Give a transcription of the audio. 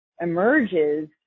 emerges